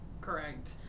Correct